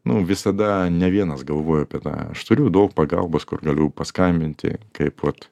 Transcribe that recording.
nu visada ne vienas galvoju apie tą aš turiu daug pagalbos kur galiu paskambinti kaip vot